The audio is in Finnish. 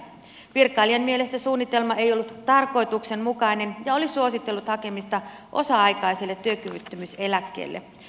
virkailijan mielestä suunnitelma ei ollut tarkoituksenmukainen ja tämä oli suositellut hakemista osa aikaiselle työkyvyttömyyseläkkeelle